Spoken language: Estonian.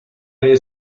meie